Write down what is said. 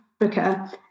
Africa